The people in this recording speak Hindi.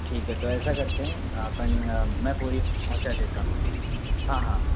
ठीक है तो ऐसा करते हैं अपन मैं बोरी पहुंचा देता हाँ हाँ